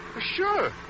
Sure